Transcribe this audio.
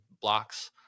blocks